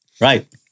Right